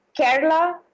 Kerala